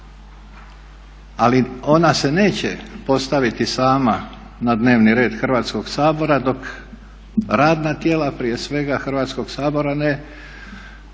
ali ona se neće postaviti sama na dnevni red Hrvatskog sabora dok radna tijela prije svega Hrvatskog sabora ne počnu